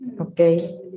Okay